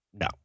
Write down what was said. no